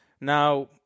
now